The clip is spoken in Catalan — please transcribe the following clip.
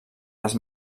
les